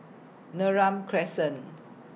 Neram Crescent